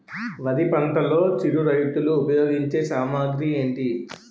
వరి పంటలో చిరు రైతులు ఉపయోగించే సామాగ్రి ఏంటి?